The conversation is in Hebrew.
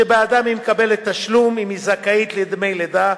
שבעדם היא מקבלת תשלום אם היא זכאית לדמי לידה,